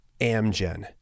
Amgen